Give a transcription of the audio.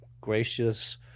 gracious